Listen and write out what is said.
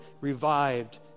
revived